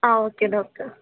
ആ okay doctor